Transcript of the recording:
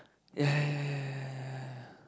ya ya ya ya ya ya